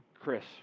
Chris